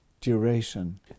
duration